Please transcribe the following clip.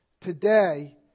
Today